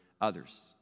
others